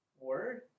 Word